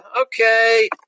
okay